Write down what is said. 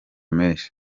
menshi